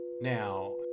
Now